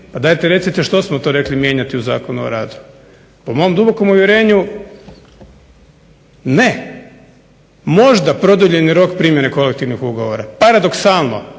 pa dajte recite što smo to rekli mijenjati u Zakonu o radu. Po mom dubokom uvjerenju ne, možda produljeni rok primjene kolektivnih ugovora, paradoksalno.